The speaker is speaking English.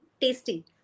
tasty